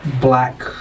black